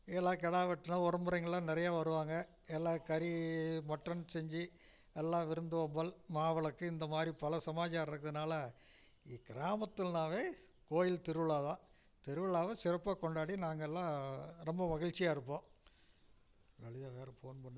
எல்லாம் கிடா வெட்டினா உறவுமுறைங்கள்லாம் நிறைய வருவாங்க எல்லாம் கறி மட்டன் செஞ்சு எல்லாம் விருந்தோம்பல் மாவிளக்கு இந்த மாரி பல சமாச்சாரம் இருக்கறனால இக் கிராமத்தில்னாவே கோயில் திருவிழாதான் திருவிழாவ சிறப்பாக கொண்டாடி நாங்கள்லாம் ரொம்ப மகிழ்ச்சியா இருப்போம் வெளியே வேறு ஃபோன் பண்ணும்